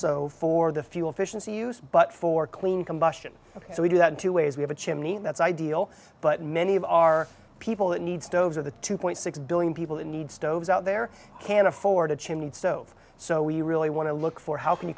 so for the fuel efficiency use but for clean combustion so we do that two ways we have a chimney and that's ideal but many of our people that need stoves are the two point six billion people in need stoves out there can't afford a chimney stove so we really want to look for how can you